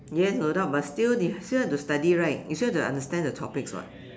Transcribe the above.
yes no doubt but still you still have to study right you still have to understand the topics [what]